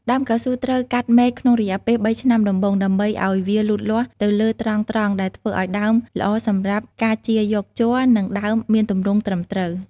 ដើមកៅស៊ូត្រូវកាត់មែកក្នុងរយៈពេល ៣ ឆ្នាំដំបូង ដើម្បីឱ្យវាលូតលាស់ទៅលើត្រង់ៗ ដែលធ្វើឲ្យដើមល្អសម្រាប់ការចៀរយកជ័រ និងដើមមានទម្រង់ត្រឹមត្រូវ។